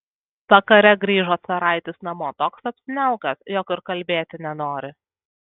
vakare grįžo caraitis namo toks apsiniaukęs jog ir kalbėti nenori